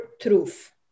truth